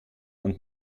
und